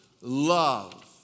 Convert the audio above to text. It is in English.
love